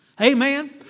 Amen